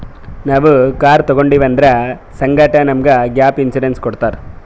ನಾವ್ ಕಾರ್ ತೊಂಡಿವ್ ಅದುರ್ ಸಂಗಾಟೆ ನಮುಗ್ ಗ್ಯಾಪ್ ಇನ್ಸೂರೆನ್ಸ್ ಕೊಟ್ಟಾರ್